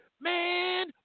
Man